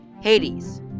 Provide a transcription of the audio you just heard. Hades